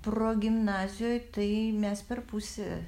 progimnazijoj tai mes per pusę